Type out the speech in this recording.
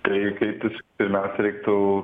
tai kreiptis primiausia reiktų